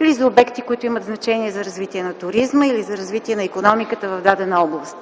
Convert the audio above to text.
или за обекти, които имат значение за развитие на туризма или за развитие на икономиката в дадена област.